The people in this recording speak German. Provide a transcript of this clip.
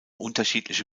unterschiedliche